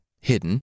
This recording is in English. hidden